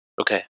Okay